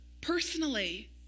personally